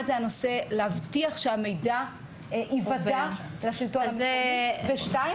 דבר ראשון להבטיח שהמידע ייוודע לשלטון המקומי ודבר שני,